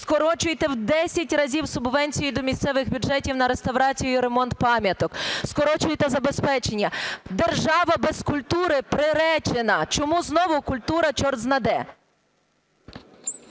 Скорочуєте в 10 разів субвенції до місцевих бюджетів на реставрацію і ремонт пам'яток, скорочуєте забезпечення. Держава без культури приречена. Чому знову культура чортзна-де?